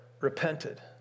repented